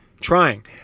trying